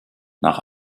nach